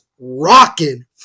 rocking